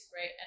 right